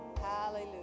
hallelujah